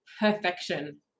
perfection